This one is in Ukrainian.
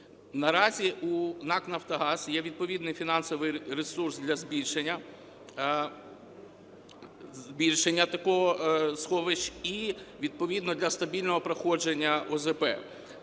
Наразі у НАК "Нафтогаз" є відповідний фінансовий ресурс для збільшення такого сховищ, і відповідно для стабільного проходження ОЗП.